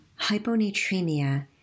hyponatremia